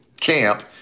camp